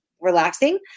relaxing